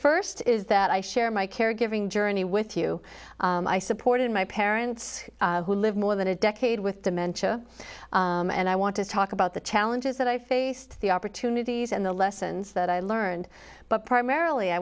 first is that i share my caregiving journey with you i supported my parents who live more than a decade with dementia and i want to talk about the challenges that i faced the opportunities and the lessons that i learned but primarily i